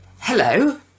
Hello